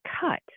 cut